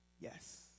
yes